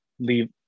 leave